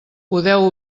podeu